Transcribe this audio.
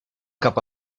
cap